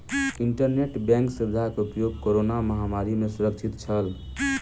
internet bank सुविधा के उपयोग कोरोना महामारी में सुरक्षित छल